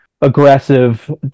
aggressive